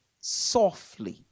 softly